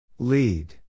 Lead